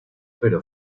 pero